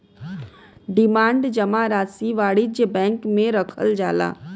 demand जमा राशी वाणिज्य बैंक मे रखल जाला